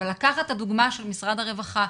לקחת את הדוגמה של משרד הרווחה.